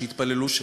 שיתפללו שם.